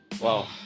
Wow